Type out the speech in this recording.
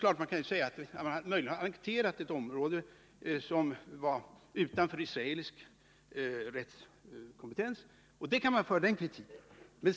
Det är klart att man kan framföra den kritiken.